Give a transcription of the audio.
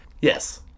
Yes